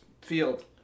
field